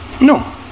No